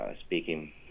speaking